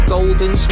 Golden